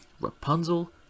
Rapunzel